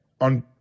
on